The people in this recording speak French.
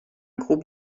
groupe